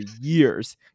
years